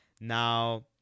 Now